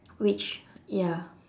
which ya